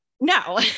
No